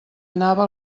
anava